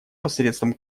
посредством